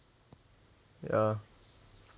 ya